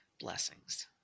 blessings